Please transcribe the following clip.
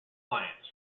clients